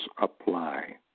apply